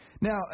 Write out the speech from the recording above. Now